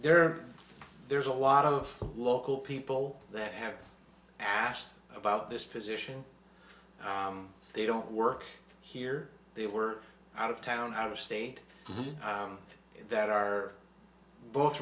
they're there's a lot of local people that have asked about this position they don't work here they were out of town out of state that are both